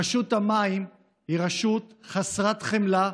רשות המים היא רשות חסרת חמלה,